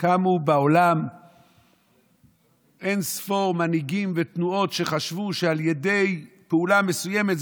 קמו בעולם אין-ספור מנהיגים ותנועות שחשבו שעל ידי פעולה מסוימת,